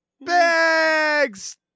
bags